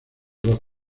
dos